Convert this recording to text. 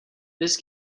this